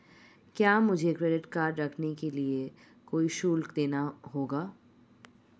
क्या मुझे credit card रखने के लिए कोई शुल्क देना होगा?